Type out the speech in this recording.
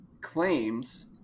claims